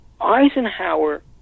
Eisenhower